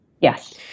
Yes